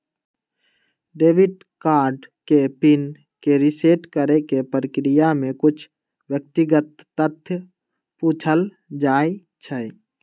debit card के PIN के reset करेके प्रक्रिया में कुछ व्यक्तिगत तथ्य पूछल जाइ छइ